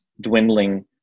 dwindling